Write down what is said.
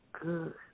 good